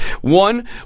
one